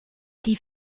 die